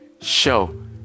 show